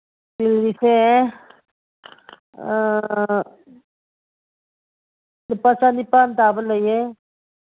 ꯏꯁꯇꯤꯜꯒꯤꯁꯦ ꯂꯨꯄꯥ ꯆꯅꯤꯄꯥꯟ ꯇꯥꯕ ꯂꯩꯌꯦ